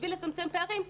בשביל לצמצם פערים,